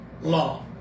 law